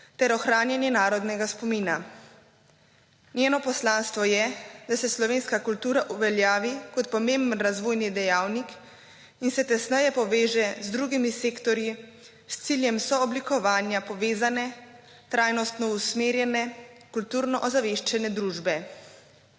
– 12.15** (nadaljevanje) Njeno poslanstvo je, da se slovenska kultura uveljavi kot pomemben razvojni dejavnik in se tesneje poveže z drugimi sektorji, z ciljem sooblikovanja, povezane, trajnostno usmerjene, kulturo ozaveščene družbe.